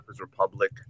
Republic